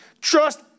trust